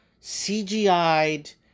CGI'd